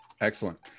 Excellent